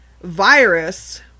Virus